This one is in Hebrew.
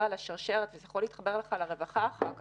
על השרשרת וזה יכול להתחבר לרווחה אחר כך.